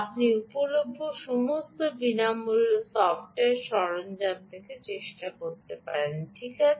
আপনি উপলভ্য সমস্ত বিনামূল্যে সফ্টওয়্যার সরঞ্জাম থেকে চেষ্টা করতে পারেন ঠিক আছে